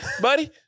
buddy